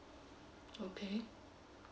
okay